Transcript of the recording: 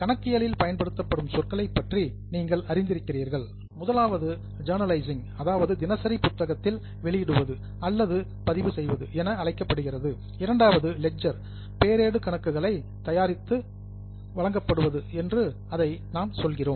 கணக்கியலில் பயன்படுத்தப்படும் சொற்களை பற்றி நீங்கள் அறிந்திருக்கிறீர்கள் முதலாவதாக ஜெர்னலைசிங் அதாவது தினசரி புத்தகத்தில் வெளியிடுவது அல்லது பதிவு செய்வது என அழைக்கப்படுகிறது இரண்டாவது லெட்ஜெர் அதாவது பேரேடு கணக்குகளை தயாரித்தல் என்று அழைக்கப்படுகிறது